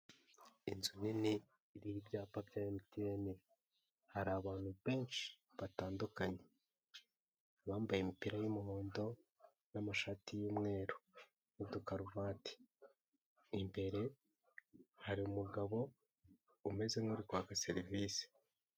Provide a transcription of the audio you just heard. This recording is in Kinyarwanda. Inzu nini iriho ibyapa bya MTN, hari abantu benshi batandukanye bambaye imipira y'umuhondo n'amashati y'umweru n'udukaruvati, imbere hari umugabo umeze nk'uri kwaka serivisi.